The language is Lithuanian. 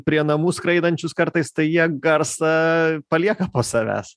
prie namų skraidančius kartais tai jie garsą palieka po savęs